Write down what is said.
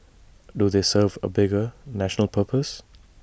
do they serve A bigger national purpose